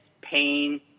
pain